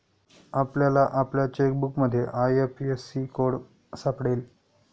आपल्याला आपल्या चेकबुकमध्ये आय.एफ.एस.सी कोड सापडेल